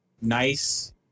nice